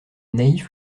naïfs